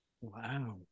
Wow